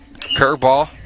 curveball